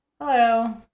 Hello